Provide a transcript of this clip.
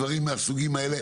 דברים מהסוגים האלה.